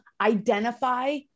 identify